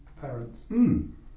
parents